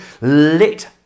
lit